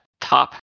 top